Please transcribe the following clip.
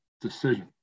decision